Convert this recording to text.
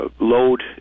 load